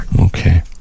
Okay